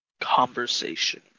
conversation